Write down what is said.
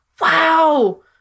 Wow